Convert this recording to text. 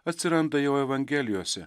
atsiranda jau evangelijose